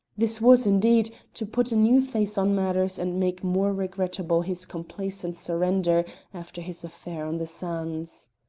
this was, indeed, to put a new face on matters and make more regrettable his complacent surrender after his affair on the sands.